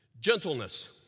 gentleness